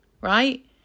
right